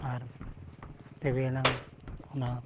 ᱟᱨ ᱛᱚᱵᱮᱭᱟᱱᱟᱝ ᱚᱱᱟ